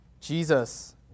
Jesus